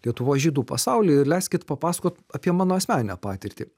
lietuvos žydų pasaulį ir leiskit papasakoti apie mano asmeninę patirtį